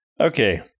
Okay